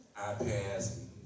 iPads